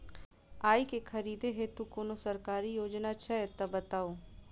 आइ केँ खरीदै हेतु कोनो सरकारी योजना छै तऽ बताउ?